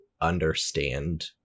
understand